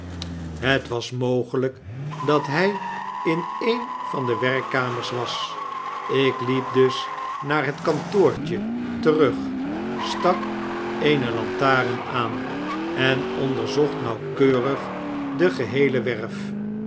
het was mogelyk dat hy in een van de werkkamers was ik liep dus naar het kantoortje terug stak eene lantaren aan en onderzocht nauwkeurig de geheele werf